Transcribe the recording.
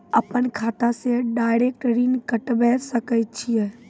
अपन खाता से डायरेक्ट ऋण कटबे सके छियै?